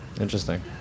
Interesting